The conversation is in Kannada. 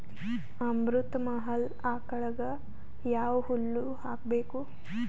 ಅಮೃತ ಮಹಲ್ ಆಕಳಗ ಯಾವ ಹುಲ್ಲು ಹಾಕಬೇಕು?